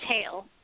tail